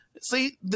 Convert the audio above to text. see